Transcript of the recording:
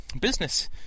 business